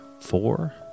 four